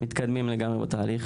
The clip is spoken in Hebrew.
מתקדמים לגמרי בתהליך.